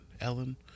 Ellen